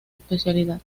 especialidad